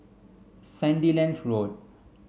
Sandilands Road